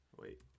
Wait